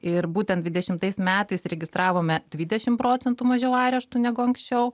ir būtent dvidešimtais metais registravome dvidešim procentų mažiau areštų negu anksčiau